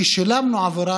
ששילמנו עבורה